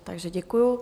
Takže děkuji.